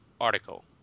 article